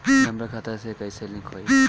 Number खाता से कईसे लिंक होई?